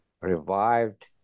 revived